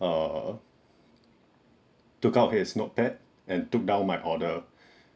err took out his notepad and took down my order